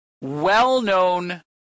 well-known